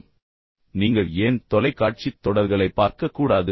ஏன் நீங்கள் ஏன் தொலைக்காட்சித் தொடர்களைப் பார்க்கக்கூடாது